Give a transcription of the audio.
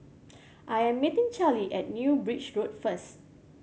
I am meeting Carlie at New Bridge Road first